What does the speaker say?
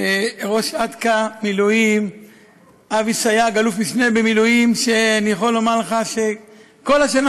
התשכ"ה 1965. מוצע להסמיך את שר